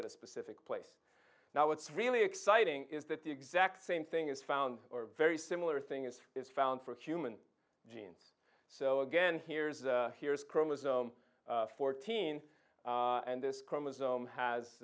at a specific place now what's really exciting is that the exact same thing is found or very similar thing as is found for human genes so again here's a here's chromosome fourteen and this chromosome has